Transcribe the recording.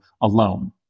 alone